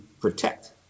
protect